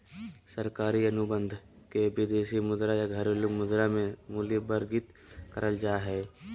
सरकारी अनुबंध के विदेशी मुद्रा या घरेलू मुद्रा मे मूल्यवर्गीत करल जा हय